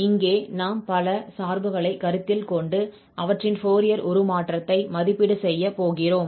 இங்கே நாம் பல சார்புகளை கருத்தில் கொண்டு அவற்றின் ஃபோரியர் உருமாற்றத்தை மதிப்பீடு செய்ய போகிறோம்